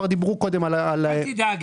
אל תדאג,